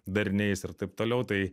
dariniais ir taip toliau tai